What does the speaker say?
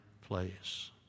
place